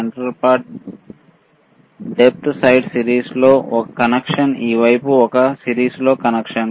central part depth side సిరీస్లో ఒక connection ఈ వైపు ఒకటి సిరీస్లో కనెక్షన్